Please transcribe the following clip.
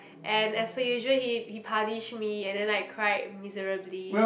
and as for usual he he punish me and then like cried miserably